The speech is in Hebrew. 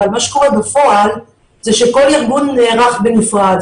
אבל מה שקורה בפועל זה שכל ארגון נערך בנפרד,